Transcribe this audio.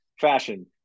fashion